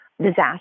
disaster